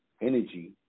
energy